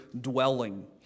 dwelling